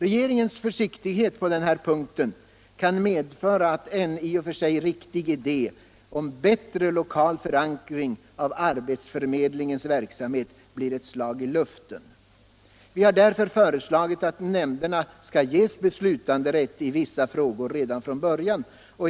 Regeringens försiktighet på den här punkten kan medföra att en i och för sig riktig idé om bättre lokal förankring av arbetsförmedlingens verksamhet blir ett slag i luften. Vi har därför föreslagit att nämnderna skall ges beslutanderätt i vissa frågor redan från början.